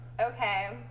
okay